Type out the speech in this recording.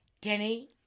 Denny